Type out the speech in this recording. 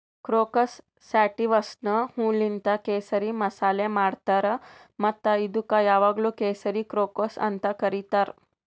crocus ಸ್ಯಾಟಿವಸ್ನ ಹೂವೂಲಿಂತ್ ಕೇಸರಿ ಮಸಾಲೆ ಮಾಡ್ತಾರ್ ಮತ್ತ ಇದುಕ್ ಯಾವಾಗ್ಲೂ ಕೇಸರಿ ಕ್ರೋಕಸ್ ಅಂತ್ ಕರಿತಾರ್